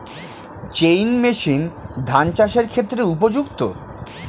Chain machine ধান চাষের ক্ষেত্রে উপযুক্ত?